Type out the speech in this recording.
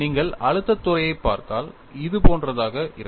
நீங்கள் அழுத்தத் துறையைப் பார்த்தால் இது போன்றதாக இருக்கும்